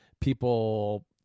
people